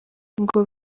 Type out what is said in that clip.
ngo